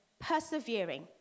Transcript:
persevering